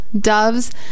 doves